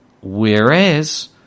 Whereas